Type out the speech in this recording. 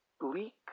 bleak